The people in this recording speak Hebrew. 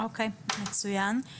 מצוין.